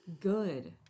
Good